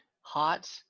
Hot